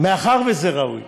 מאחר שזה ראוי,